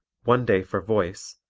one day for voice,